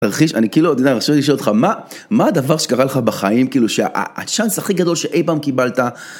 אני כאילו, אתה יודע, רציתי עוד לשאול אותך: מה הדבר שקרה לך בחיים כאילו... הצ'אנס הכי גדול שאי פעם קיבלת